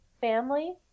family